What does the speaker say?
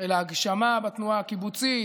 אל ההגשמה והתנועה הקיבוצית,